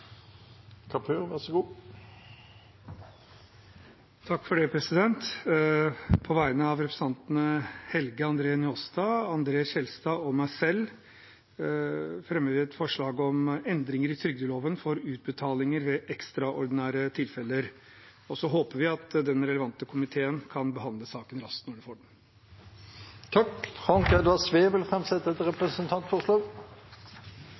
Kapur vil framsette et representantforslag. På vegne av representantene Helge André Njåstad, André N. Skjelstad og meg selv vil jeg fremme et forslag om endringer i folketrygdloven for utbetalinger ved ekstraordinære tilfeller. Så håper vi at den relevante komiteen kan behandle saken raskt når de får den. Representanten Frank Edvard Sve vil framsette et